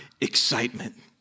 excitement